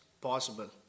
possible